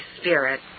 Spirit